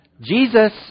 Jesus